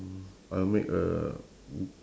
I'll make a